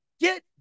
Get